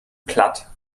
platt